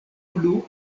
plu